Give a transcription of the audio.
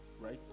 Right